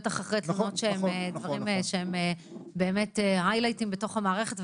בטח אחרי דברים שהם באמת היילייטים בתוך המערכת,